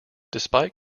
despite